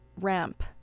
ramp